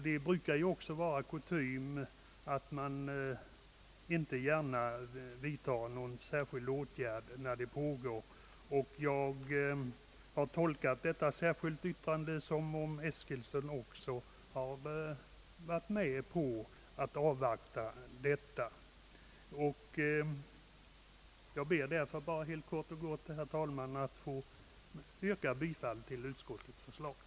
Det brukar ju vara kutym att man inte vidtar någon åtgärd medan utredning pågår, och jag har tolkat det särskilda yttrandet så att också herr Eskilsson varit införstådd med att avvakta denna. Jag ber därför helt kort, herr talman, att få yrka bifall till utskottets hemställan.